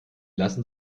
lassen